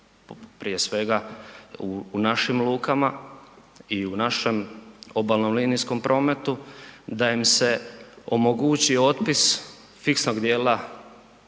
prije svega u našim lukama i u našem obalnom linijskom prometu, da im se omogući otpis fiksnog djela